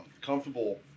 comfortable